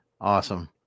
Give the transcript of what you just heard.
Awesome